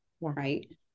right